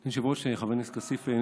אדוני היושב-ראש, חבר הכנסת כסיף,